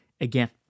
Again